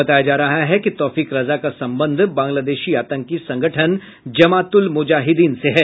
बताया जा रहा है कि तौफीक रजा का संबंध बांग्लादेशी आतंकी संगठन जमात उल मुजाहिद्दीन से है